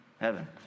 heaven